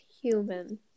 human